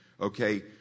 Okay